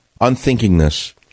unthinkingness